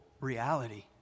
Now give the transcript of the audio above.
reality